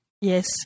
Yes